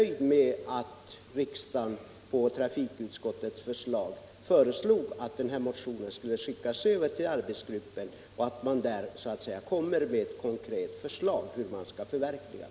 Jag tycker det var bra att riksdagen på trafikutskottets förslag beslöt att den motionen skulle skickas över till arbetsgruppen, så att den kan lägga fram ett konkret förslag hur det hela skall förverkligas.